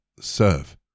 serve